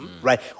Right